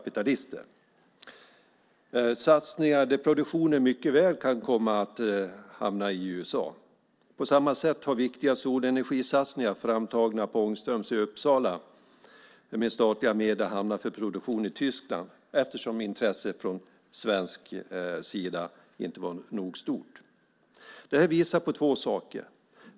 Det är fråga om satsningar på produktion som mycket väl kan komma att hamna i USA. På samma sätt har viktiga solenergisatsningar framtagna på Ångströms i Uppsala med hjälp av statliga medel hamnat för produktion i Tyskland eftersom intresset från svensk sida inte har varit stort nog. Det här visar på två saker.